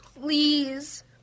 please